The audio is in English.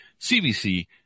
CBC